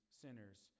sinners